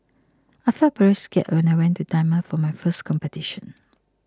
I felt very scared when I went to Myanmar for my first competition